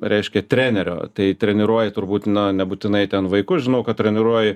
reiškia trenerio tai treniruoji turbūt nu nebūtinai ten vaikus žinau kad treniruoji